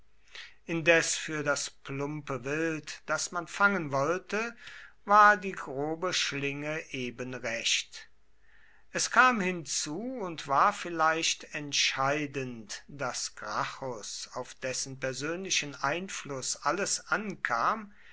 indes für das plumpe wild das man fangen wollte war die grobe schlinge eben recht es kam hinzu und war vielleicht entscheidend daß gracchus auf dessen persönlichen einfluß alles ankam